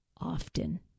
often